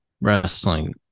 wrestling